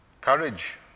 Courage